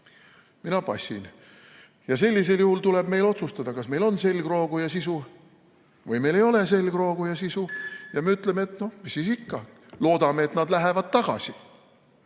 Mina passin! Ja sellisel juhul tuleb meil otsustada, kas meil on selgroogu ja sisu või meil ei ole selgroogu ja sisu ja me ütleme, et noh, mis siis ikka, loodame, et nad lähevad tagasi.